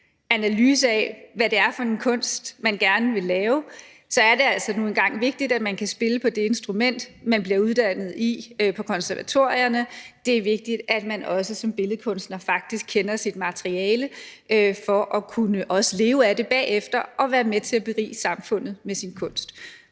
analyse af, hvad det er for en kunst, man gerne vil lave, så er det nu engang vigtigt, at man kan spille på det instrument, man bliver uddannet i på konservatorierne. Det er vigtigt, at man også som billedkunstner faktisk kender sit materiale for også at kunne leve af det bagefter og være med til at berige samfundet med sin kunst.